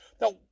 Now